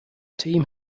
team